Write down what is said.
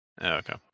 Okay